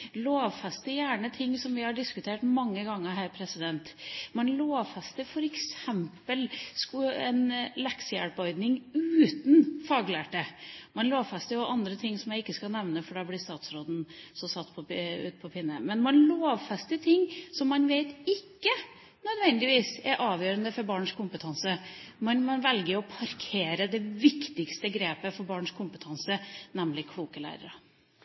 lovfester gjerne ting som vi har diskutert mange ganger her. Man lovfester f.eks. en leksehjelpordning uten faglærte. Man lovfester også andre ting som jeg ikke skal nevne, for da blir statsråden vippet av pinnen. Man lovfester ting som man vet at ikke nødvendigvis er avgjørende for barns kompetanse, men man velger å parkere det viktigste grepet for barns kompetanse, nemlig kloke lærere.